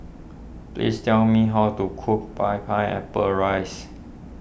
please tell me how to cook Rice